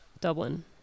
Dublin